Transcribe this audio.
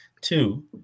Two